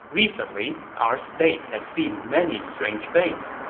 recently our state has seen many strange things.